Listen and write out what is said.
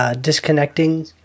Disconnecting